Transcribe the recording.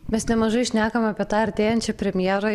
mes nemažai šnekam apie tą artėjančią premjerą